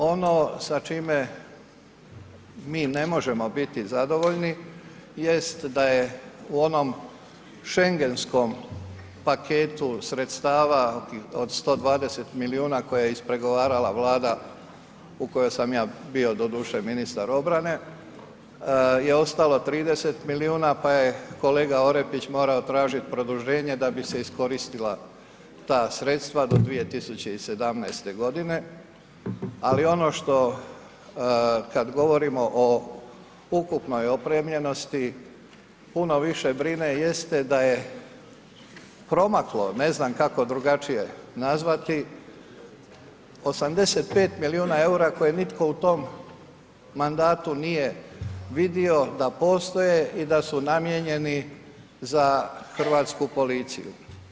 Ono sa čime mi ne možemo biti zadovoljni jest da je u onom Schengenskom paketu sredstava od 120 milijuna koje je ispregovarala vlada u kojoj sam ja bio doduše ministar obrane, je ostalo 30 milijuna pa je kolega Orepić morao tražiti produženje da bi se iskoristila ta sredstva do 2017. godine, ali ono što kad govorimo o ukupnoj opremljenosti puno više brine jeste da je promaklo, ne znam kako drugačije nazvati 85 milijuna EUR-a koje nitko u tom mandatu nije vidio da postoje i da su namijenjeni za hrvatsku policiju.